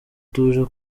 tuje